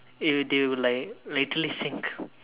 it will they will like literally sink